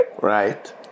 Right